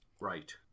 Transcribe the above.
Right